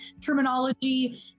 terminology